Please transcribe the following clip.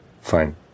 Fine